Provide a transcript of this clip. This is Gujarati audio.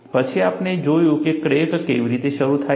પછી આપણે જોયું કે ક્રેક કેવી રીતે શરૂ થાય છે